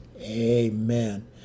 Amen